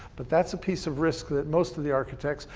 but that's a piece of risk that most of the architects,